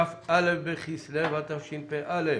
כ"א בכסלו התשפ"א.